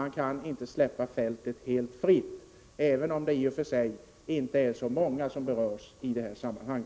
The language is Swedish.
Vi kan inte släppa fältet helt fritt, även om det i och för sig inte är så många som berörs i detta sammanhang.